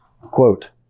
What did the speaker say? Quote